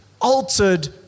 altered